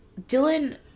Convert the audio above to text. Dylan